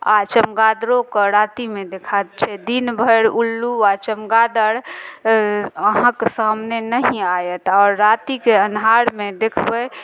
आओर चमगादरोके रातिमे देखाइत छै दिन भरि उल्लू आओर चमगादड़ अहाँक सामने नहि आयत आओर रातिके अन्हारमे देखबइ